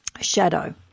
Shadow